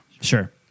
Sure